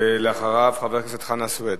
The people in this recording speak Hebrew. ואחריו, חבר הכנסת חנא סוייד.